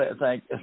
thank